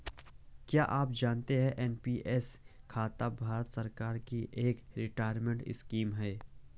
क्या आप जानते है एन.पी.एस खाता भारत सरकार की एक रिटायरमेंट स्कीम है?